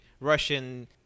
Russian